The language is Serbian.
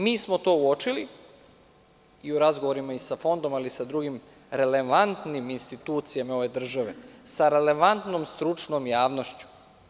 Mi smo to uočili i u razgovorima i sa Fondom, ali i sa drugim relevantnim institucijama ove države, sa relevantnom stručnom javnošću.